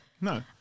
No